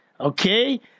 Okay